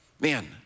man